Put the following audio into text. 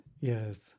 yes